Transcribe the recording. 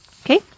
Okay